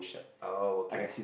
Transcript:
oh okay